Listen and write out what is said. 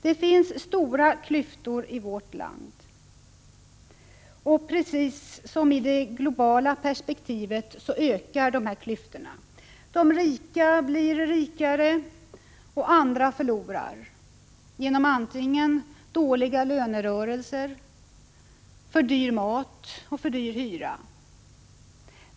Det finns stora klyftor mellan människor i vårt land, och precis som när vi ser på problemen i ett globalt perspektiv kan vi när det gäller våra inhemska förhållanden se att dessa klyftor ökar. De rika blir rikare, och andra förlorar genom dåliga lönerörelser, för dyr mat och för dyr hyra.